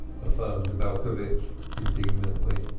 affirmed belcovitch indignantly.